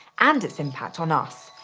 and its impact on us.